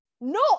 No